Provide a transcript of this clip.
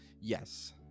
Yes